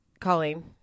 Colleen